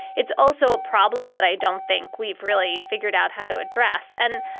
it's also a problem that i don't think we've really figured out how to address. and,